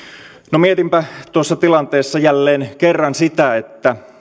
no mietinpä tuossa tilanteessa jälleen kerran sitä että